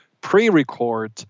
pre-record